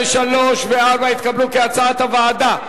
3 ו-4 נתקבלו כהצעת הוועדה.